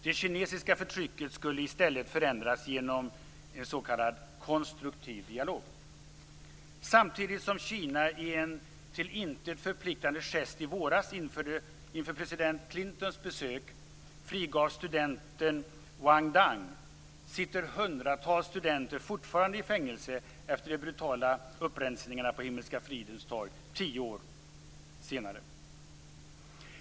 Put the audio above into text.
Det kinesiska förtrycket skulle i stället förändras genom en s.k. konstruktiv dialog. Samtidigt som Kina i en till intet förpliktande gest i våras inför president Clintons besök frigav studenten Wang Dan sitter hundratals studenter fortfarande i fängelse efter de brutala upprensningarna på Himmelska fridens torg tio år senare.